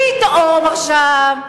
פתאום, עכשיו,